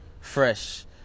fresh